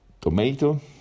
tomato